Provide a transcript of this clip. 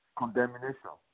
condemnation